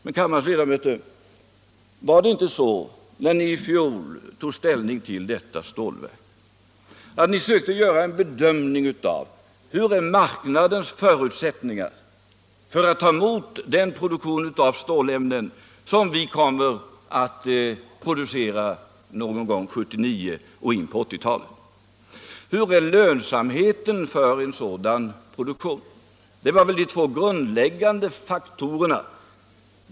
Men, kammarledamöter, när ni i fjol tog ställning till förslaget om Stålverk 80, försökte ni då inte göra en bedömning av marknadens förutsättningar att ta emot den produktion av stålämnen som stålverket skulle komma att stå för kanske 1979 och in på 1980-talet och av lönsamheten för en sådan produktion? Det var väl de två faktorerna beslutet grundades på.